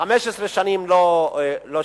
ו-15 שנים היא לא שימשה,